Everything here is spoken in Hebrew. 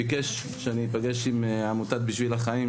ביקש שאפגש עם עמותת "בשביל החיים",